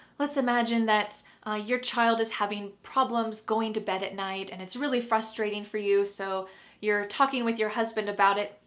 let's imagine that your child is having problems going to bed at night and it's really frustrating for you, so you're talking with your husband about it,